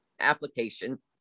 application